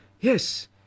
Yes